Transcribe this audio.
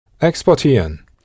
exportieren